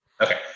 Okay